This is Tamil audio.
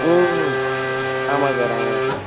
ம் ஆமாம் சார் ஆமாம் சார்